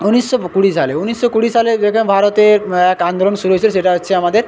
ঊনিশশো কুড়ি সালে ঊনিশশো কুড়ি সালে যেটা ভারতের এক আন্দোলন শুরু হয়েছিল সেটা হচ্ছে আমাদের